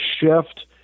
shift